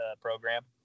program